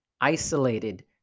isolated